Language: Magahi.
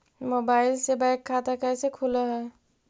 मोबाईल से बैक खाता कैसे खुल है?